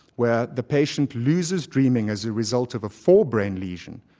where the patient loses dreaming as a result of a fore-brain lesion,